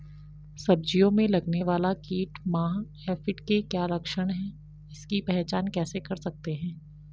सब्जियों में लगने वाला कीट माह एफिड के क्या लक्षण हैं इसकी पहचान कैसे कर सकते हैं?